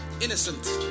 innocent